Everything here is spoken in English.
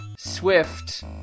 Swift